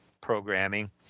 programming